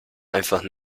einfach